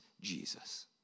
Jesus